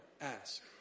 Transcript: ask